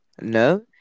No